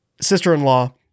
sister-in-law